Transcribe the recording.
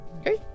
Okay